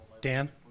Dan